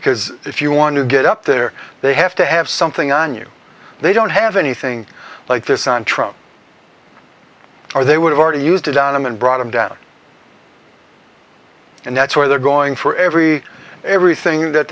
because if you want to get up there they have to have something on you they don't have anything like this on trial or they would have already used to down him and brought him down and that's where they're going for every everything that